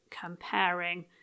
comparing